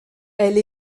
elle